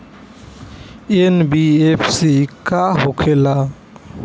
NBFC का होंखे ला?